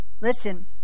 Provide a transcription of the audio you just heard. Listen